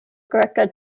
greka